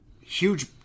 huge